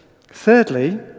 Thirdly